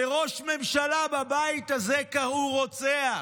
לראש ממשלה בבית הזה קראו "רוצח",